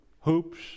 hoops